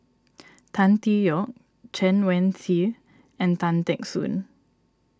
Tan Tee Yoke Chen Wen Hsi and Tan Teck Soon